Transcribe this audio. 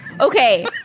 Okay